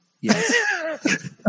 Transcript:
yes